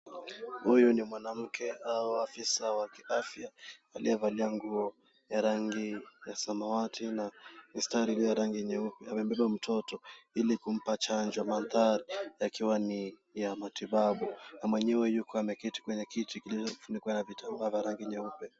Huyu ni mwanamke au afisa wa kiafya, aliyevalia nguo ya rangi ya samawati na mistari iliyo rangi nyeupe na amebeba mtoto ili kumpa chanjo. Mandhari yakiwa ni ya matibabu na mwenyewe yuko ameketi kwenye kiti kilichofunikwa na kitambaa cha rangi nyeupe.